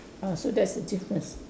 ah so that's the difference